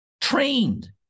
trained